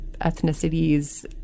ethnicities